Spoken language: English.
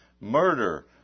murder